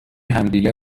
همدیگه